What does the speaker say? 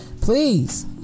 please